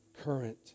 current